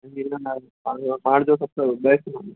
American nuts best पवंदी